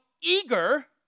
eager